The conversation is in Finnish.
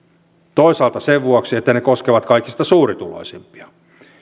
toisaalta sen vuoksi että ne koskevat kaikista suurituloisimpia